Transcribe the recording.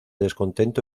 descontento